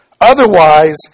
Otherwise